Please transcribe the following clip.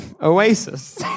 Oasis